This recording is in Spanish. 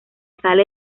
sale